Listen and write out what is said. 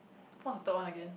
!wow! third one again